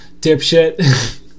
dipshit